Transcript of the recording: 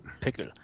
Pickle